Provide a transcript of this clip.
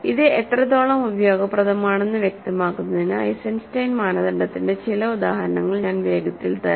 ഇത് എത്രത്തോളം ഉപയോഗപ്രദമാണെന്ന് വ്യക്തമാക്കുന്നതിന് ഐസൻസ്റ്റൈൻ മാനദണ്ഡത്തിന്റെ ചില ഉദാഹരണങ്ങൾ ഞാൻ വേഗത്തിൽ തരാം